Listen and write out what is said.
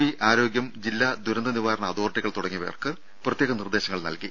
B ആരോഗ്യം ജില്ലാ ദുരന്തനിവാരണ അതോറിറ്റികൾ തുടങ്ങിയവർക്ക് പ്രത്യേക നിർദ്ദേശങ്ങൾ നൽകി